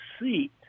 seat